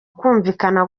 kumvikana